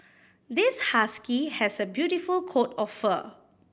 this husky has a beautiful coat of fur